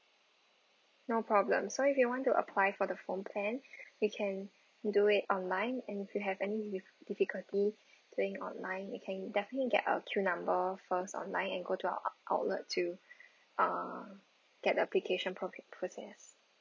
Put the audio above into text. no problem so if you want to apply for the phone plan you can do it online and if you have any diffi~ difficulty doing online you can definitely get a queue number first online and go to our outlet to uh get the application process